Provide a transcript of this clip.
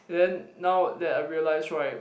then now that I realize right